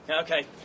Okay